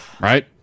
right